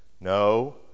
No